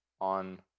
on